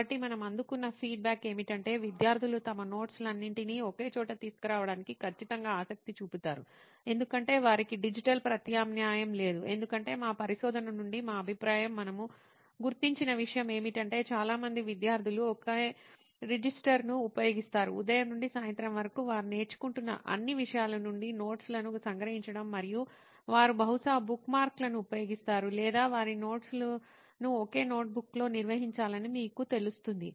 కాబట్టి మనము అందుకున్న ఫీడ్బ్యాక్ ఏమిటంటే విద్యార్థులు తమ నోట్స్ లన్నింటినీ ఒకే చోట తీసుకురావడానికి ఖచ్చితంగా ఆసక్తి చూపుతారు ఎందుకంటే వారికి డిజిటల్ ప్రత్యామ్నాయం లేదు ఎందుకంటే మా పరిశోధన నుండి మా అభిప్రాయం మనము గుర్తించిన విషయం ఏమిటంటే చాలా మంది విద్యార్థులు ఒకే రిజిస్టర్ను ఉపయోగిస్తున్నారు ఉదయం నుండి సాయంత్రం వరకు వారు నేర్చుకుంటున్న అన్ని విషయాల నుండి నోట్స్ లను సంగ్రహించడం మరియు వారు బహుశా బుక్మార్క్లను ఉపయోగిస్తారు లేదా వారి నోట్స్ ల ను ఒకే నోట్బుక్లో నిర్వహించాలని మీకు తెలుస్తుంది